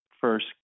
first